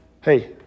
hey